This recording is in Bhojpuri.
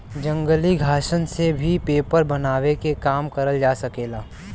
जंगली घासन से भी पेपर बनावे के काम करल जा सकेला